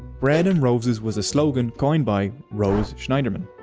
bread and roses was the slogan coined by rose schneiderman.